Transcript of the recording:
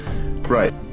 right